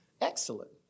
excellent